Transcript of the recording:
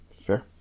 Fair